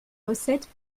recettes